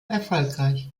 erfolgreich